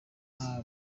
nta